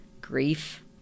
grief